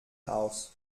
aus